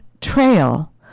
trail